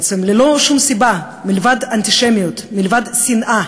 בעצם ללא שום סיבה מלבד אנטישמיות, מלבד שנאה,